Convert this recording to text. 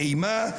מאימה,